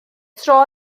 tro